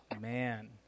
Man